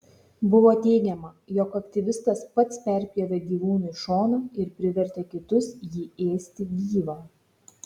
buvo teigiama jog aktyvistas pats perpjovė gyvūnui šoną ir privertė kitus jį ėsti gyvą